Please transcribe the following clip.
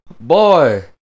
Boy